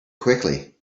quickly